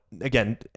again